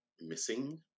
missing